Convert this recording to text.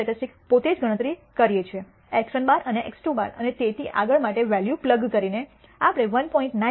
test statistics પોતે જ ગણતરી કરીએ છીએ x̅1 x̅2 અને તેથી આગળ માટે વૅલ્યુ પ્લગ કરી ને આપણે 1